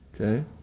Okay